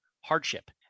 hardship